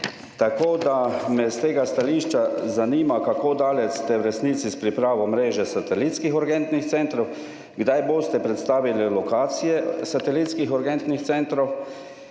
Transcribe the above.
stališča me zato zanima: Kako daleč ste v resnici s pripravo mreže satelitskih urgentnih centrov? Kdaj boste predstavili lokacije satelitskih urgentnih centrov?